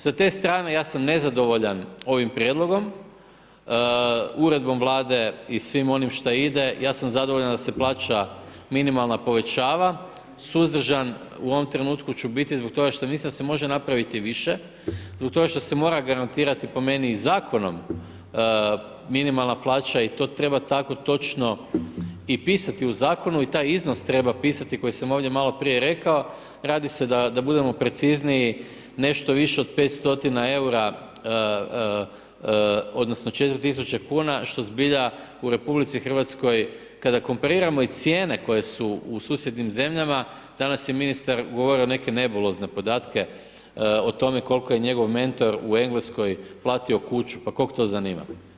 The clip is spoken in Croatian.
S te strane ja sam nezadovoljan ovim prijedlogom, uredbom Vlade i svim oni što ide, ja sam zadovoljan da se plaća minimalna povećava, suzdržan u ovom trenutku ću biti, što mislim da se može napraviti više, zbog toga što se mora garantirati po meni i zakonom minimalana plaća i to treba tako točno pisati u zakonu i taj iznos treba pisati koji sam ovdje maloprije rekao, radi se da budemo preciznije, nešto više od 500 eura odnosno, 4000 kn što zbilja u RH kada kompariramo i cijene koje su u susjednim zemljama, danas je ministar govorio neke nebulozne podatke, o tome koliko je njegov mentor u Engleskoj platio kuću, pa koga to zanima.